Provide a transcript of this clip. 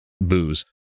booze